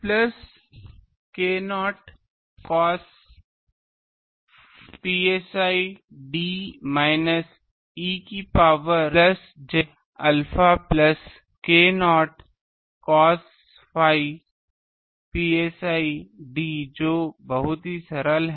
plus k0 cos psi d minus e to power plus j alpha plus k0 cos psi d जो कि बहुत सरल है